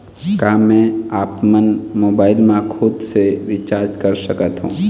का मैं आपमन मोबाइल मा खुद से रिचार्ज कर सकथों?